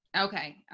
okay